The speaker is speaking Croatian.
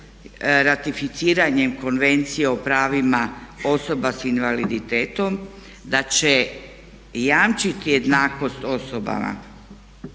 ratificiranjem Konvencije o pravima osoba sa invaliditetom, da će jamčiti jednakost osobama